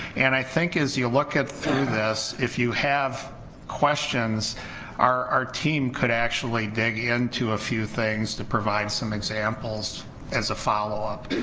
and i think as you look at through this if you have questions our our team could actually dig into a few things to provide some examples as a follow-up,